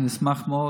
אני אשמח מאוד.